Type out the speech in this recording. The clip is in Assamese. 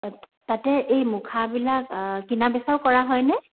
তাতে এই মুখাবিলাক কিনা বেচাও কৰা হয়নে